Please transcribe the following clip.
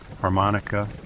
harmonica